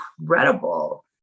incredible